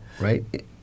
right